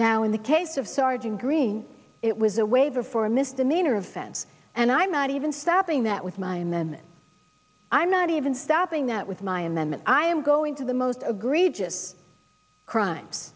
now in the case of sergeant green it was a waiver for a misdemeanor offense and i'm not even stopping that with my men i'm not even stopping that with my amendment i am going to the most agree just crimes